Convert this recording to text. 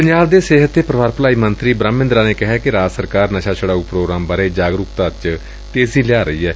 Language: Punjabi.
ਪੰਜਾਬ ਦੇ ਸਿਹਤ ਤੇ ਪਰਿਵਾਰ ਭਲਾਈ ਮੰਤਰੀ ਬੂਹਮ ਮਹਿੰਦਰਾ ਨੇ ਕਿਹਾ ਕਿ ਰਾਜ ਸਰਕਾਰ ਨਸਾ ਛੂਡਾਊ ਪ੍ਰੋਗਰਾਮ ਬਾਰੇ ਜਾਗਰੁਕਤਾ ਵਿਚ ਤੇਜ਼ੀ ਲਿਆ ਰਹੀ ਏ